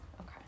Okay